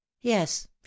yes